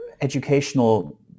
educational